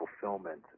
fulfillment